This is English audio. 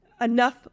enough